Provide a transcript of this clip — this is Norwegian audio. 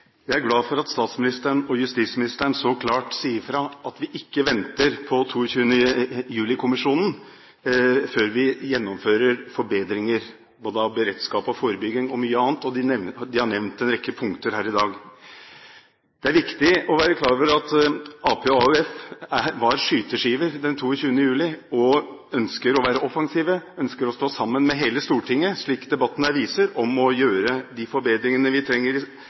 glad for at statsministeren og justisministeren så klart sier fra at de ikke vil vente på 22. juli-kommisjonen før de gjennomfører forbedringer, både når det gjelder beredskap, forebygging og mye annet. De har nevnt en rekke punkter her i dag. Det er viktig å være klar over at Arbeiderpartiet og AUF var skyteskiver den 22. juli. Vi ønsker å være offensive, ønsker å stå sammen med hele Stortinget – slik debatten her viser – om å gjøre de forbedringene vi trenger,